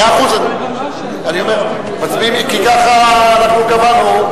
מאה אחוז, כי ככה קבענו.